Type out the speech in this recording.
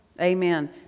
Amen